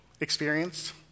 experienced